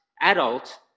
adult